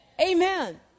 Amen